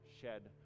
shed